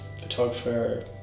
photographer